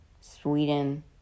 Sweden